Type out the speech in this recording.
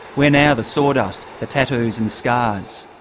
where now the sawdust? the tattoos and scars?